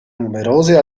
numerose